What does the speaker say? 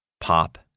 Pop